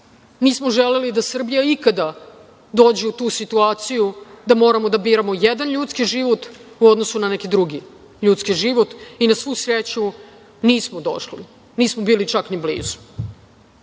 Nismo želeli da Srbija ikada dođe u tu situaciju da moramo da biramo jedan ljudski život u odnosu na neki drugi ljudski život. Na svu sreću nismo bili čak ni blizu.